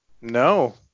No